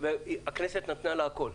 הכנסת נתנה לה הכול.